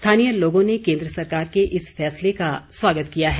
स्थानीय लोगों ने केन्द्र सरकार के इस फैसले का स्वागत किया है